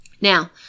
Now